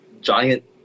giant